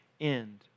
end